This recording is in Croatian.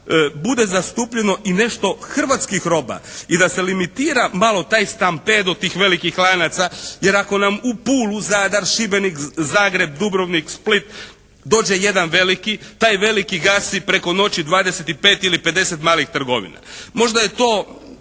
bude zastupljeno i nešto hrvatskih roba i da se limitira malo taj stampedo tih velikih lanaca jer ako nam u Pulu, Zadar, Šibenik, Zagreb, Dubrovnik, Split dođe jedan veliki taj veliki gasi preko noći 25 ili 50 malih trgovina. Možda je to